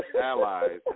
allies